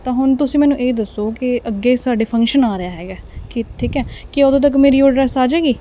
ਤਾਂ ਹੁਣ ਤੁਸੀਂ ਮੈਨੂੰ ਇਹ ਦੱਸੋ ਕਿ ਅੱਗੇ ਸਾਡੇ ਫੰਕਸ਼ਨ ਆ ਰਿਹਾ ਹੈਗਾ ਕਿ ਠੀਕ ਹੈ ਕੀ ਉਦੋਂ ਤੱਕ ਮੇਰੀ ਉਹ ਡ੍ਰੇਸ ਆ ਜਾਵੇਗੀ